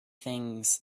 things